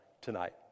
tonight